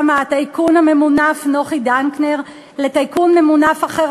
מהטייקון הממונף נוחי דנקנר לטייקון ממונף אחר,